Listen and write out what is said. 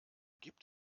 gibt